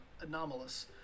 anomalous